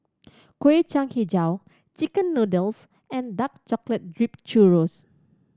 Kueh Kacang Hijau chicken noodles and dark chocolate dripped churro